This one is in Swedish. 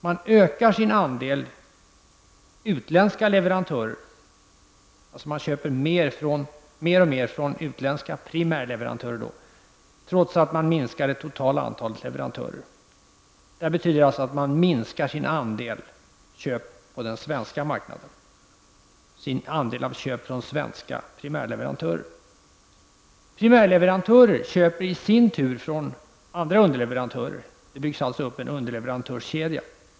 Man ökar sin andel utländska leverantörer, dvs. man köper mer och mer från utländska primärleverantörer, trots att man minskar det totala antalet underleverantörer. Det betyder att man minskar sin andel köp på den svenska marknaden, sin andel köp från svenska primärleverantörer. Primärleverantörer köper i sin tur från andra underleverantörer. Det byggs alltså upp en underleverantörskedja.